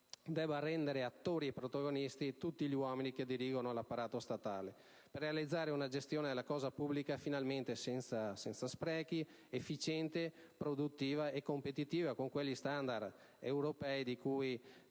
deve rendere attori e protagonisti tutti gli uomini che dirigono l'apparato statale, per realizzare una gestione della cosa pubblica finalmente senza sprechi ed inefficienze, ma produttiva e competitiva in linea con gli *standard* europei di cui